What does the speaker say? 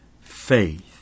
faith